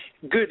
Good